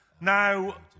Now